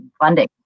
funding